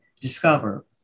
discover